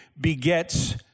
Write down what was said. begets